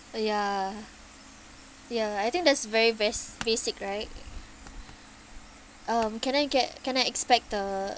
uh ya ya I think that's very bas~ basic right um can I get can I expect a